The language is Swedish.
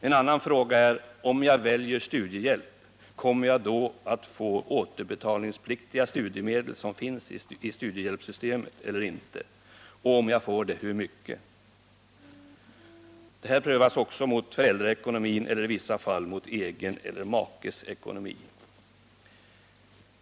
En annan fråga är: Om jag väljer studiehjälp, kommer jag då att få återbetalningspliktiga studiemedel som finns i studiehjälpssystemet eller inte, och om jag får det, hur mycket? Också detta prövas mot föräldraekonomin eller i vissa fall mot egen eller makes ekonomi.